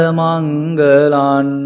mangalan